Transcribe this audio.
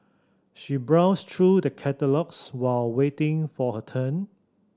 she browsed through the catalogues while waiting for her turn